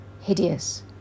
hideous